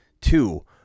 two